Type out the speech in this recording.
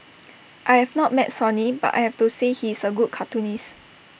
I have not met Sonny but I have to say he is A good cartoonist